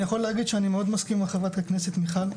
אני יכול להגיד שאני מאוד מסכים עם חברת הכנסת מיכל.